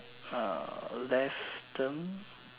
uh left them